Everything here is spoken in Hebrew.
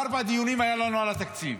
ארבעה דיונים היו לנו על התקציב,